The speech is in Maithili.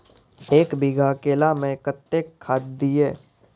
एक बीघा केला मैं कत्तेक खाद दिये?